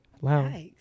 Wow